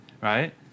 right